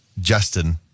Justin